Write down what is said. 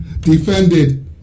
defended